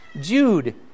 Jude